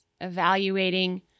evaluating